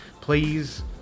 please